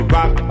Rock